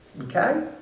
okay